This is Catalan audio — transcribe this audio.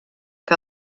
que